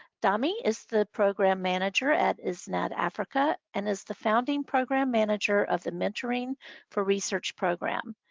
dami is the program manager at isnad-africa and is the founding program manager of the mentoring for research program.